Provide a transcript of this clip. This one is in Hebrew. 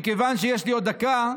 מכיוון שיש לי עוד דקה,